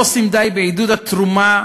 לא עושים די בעידוד התרומה